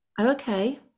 Okay